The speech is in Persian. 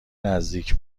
نزدیک